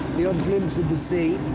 the odd glimpse of the sea.